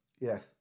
Yes